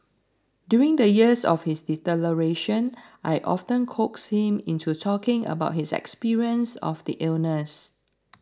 during the years of his deterioration I often coaxed him into talking about his experience of the illness